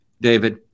David